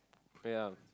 ya